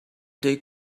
they